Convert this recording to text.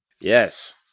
Yes